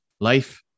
life